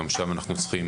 גם שם אנחנו צריכים